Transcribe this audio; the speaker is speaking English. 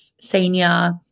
senior